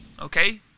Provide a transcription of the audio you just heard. Okay